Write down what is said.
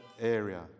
area